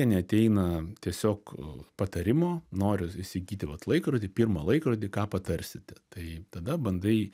neateina tiesiog patarimo noriu įsigyti vat laikrodį pirma laikrodį ką patarsite tai tada bandai